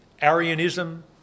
Arianism